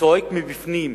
וצועק מבפנים.